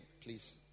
Please